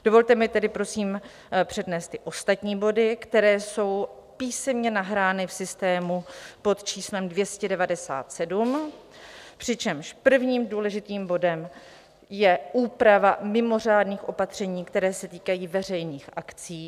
Dovolte mi tedy prosím přednést ty ostatní body, které jsou písemně nahrány v systému pod číslem 297, přičemž prvním důležitým bodem je úprava mimořádných opatření, která se týkají veřejných akcí.